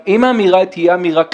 אם האמירה תהיה אמירה כללית,